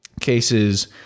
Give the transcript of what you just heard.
cases